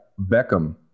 Beckham